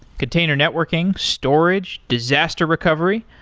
container networking, storage, disaster recovery,